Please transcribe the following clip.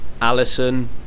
Allison